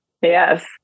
Yes